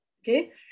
Okay